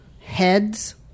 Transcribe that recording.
heads